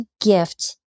gift